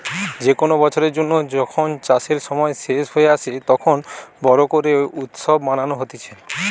যে কোনো বছরের জন্য যখন চাষের সময় শেষ হয়ে আসে, তখন বোরো করে উৎসব মানানো হতিছে